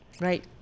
Right